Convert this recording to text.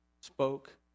spoke